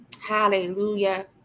Hallelujah